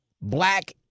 black